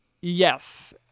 Yes